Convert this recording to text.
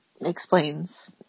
explains